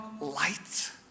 light